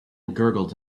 gurgled